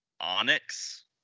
onyx